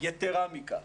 יתרה מכך.